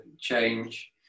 change